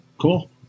Cool